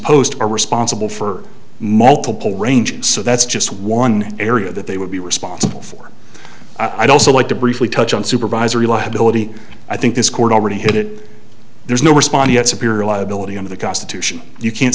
posts are responsible for multiple range so that's just one area that they would be responsible for i don't so like to briefly touch on supervisory liability i think this court already hit it there's no response yet superior liability under the constitution you can't